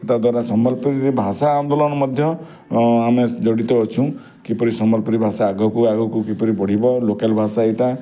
ତାଦ୍ୱାରା ସମ୍ବଲପୁରୀରେ ଭାଷା ଆନ୍ଦୋଳନ ମଧ୍ୟ ଆମେ ଜଡ଼ିତ ଅଛୁ କିପରି ସମ୍ବଲପୁରୀ ଭାଷା ଆଗକୁ ଆଗକୁ କିପରି ବଢ଼ିବ ଲୋକାଲ୍ ଭାଷା ଏଇଟା